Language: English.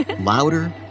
louder